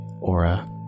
Aura